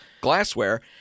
glassware